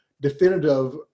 definitive